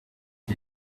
est